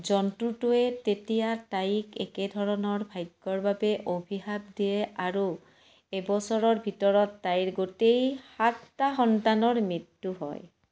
জন্তুটোৱে তেতিয়া তাইক একে ধৰণৰ ভাগ্যৰ বাবে অভিশাপ দিয়ে আৰু এবছৰৰ ভিতৰত তাইৰ গোটেই সাতটা সন্তানৰ মৃত্যু হয়